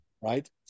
Right